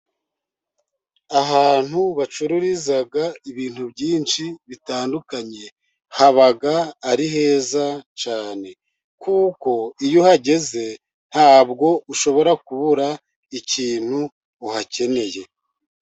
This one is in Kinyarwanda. Ahantu bacururiza ibintu byinshi bitandukanye, haba ari heza cyane, kuko iyo uhageze, ntabwo ushobora kubura ikintu uhakeneye.